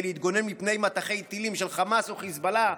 להתגונן מפני מטחי טילים של חמאס או חיזבאללה,